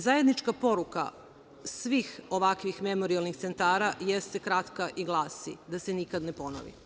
Zajednička poruka svih ovakvih memorijalnih centara jeste kratka i glasi – da se nikad ne ponovi.